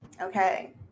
Okay